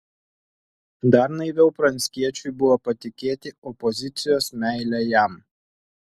dar naiviau pranckiečiui buvo patikėti opozicijos meile jam